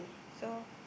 so